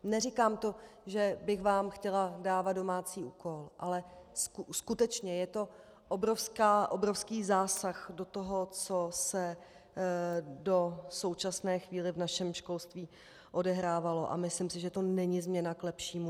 Neříkám to, že bych vám chtěla dávat domácí úkol, ale skutečně je to obrovský zásah do toho, co se do současné chvíle v našem školství odehrávalo, a myslím si, že to není změna k lepšímu.